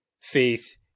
faith